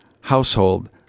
household